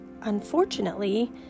unfortunately